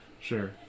sure